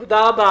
תודה.